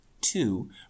two